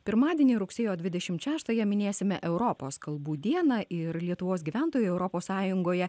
pirmadienį rugsėjo dvidešimt šeštąją minėsime europos kalbų dieną ir lietuvos gyventojai europos sąjungoje